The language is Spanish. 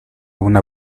una